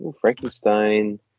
Frankenstein